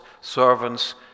servants